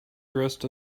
dressed